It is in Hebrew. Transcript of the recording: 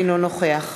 אינו נוכח